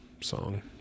song